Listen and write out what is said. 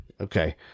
okay